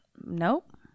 nope